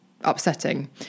upsetting